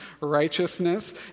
righteousness